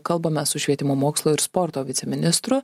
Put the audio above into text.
kalbame su švietimo mokslo ir sporto viceministru